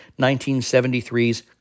1973's